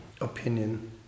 opinion